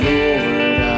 Lord